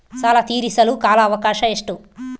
ಸಾಲ ತೇರಿಸಲು ಕಾಲ ಅವಕಾಶ ಎಷ್ಟು?